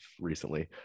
recently